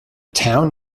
town